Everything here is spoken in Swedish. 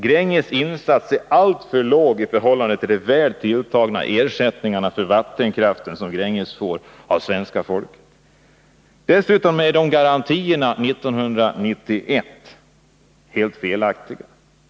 Gränges insats är alltför låg i förhållande till de väl tilltagna ersättningarna för den vattenkraft som Gränges får av svenska folket. Dessutom är garantierna för 1991 helt felaktiga.